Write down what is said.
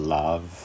love